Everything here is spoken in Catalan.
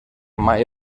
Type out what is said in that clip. mai